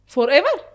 Forever